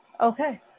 okay